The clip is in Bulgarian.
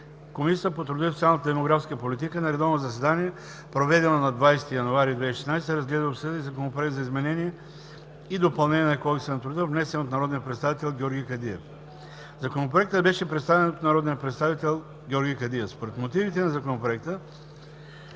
Комисията по труда, социалната и демографската политика на редовно заседание, проведено на 20 януари 2016 г., разгледа и обсъди Законопроекта за изменение и допълнение на Кодекса на труда, внесен от народния представител Георги Кадиев. Законопроектът беше представен от народния представител Георги Кадиев. Според мотивите този Законопроект